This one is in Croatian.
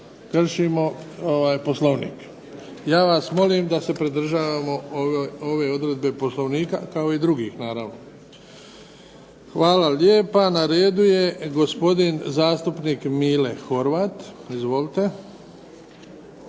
Hvala lijepa. Na redu je gospodin zastupnik Mile Horvat. Izvolite.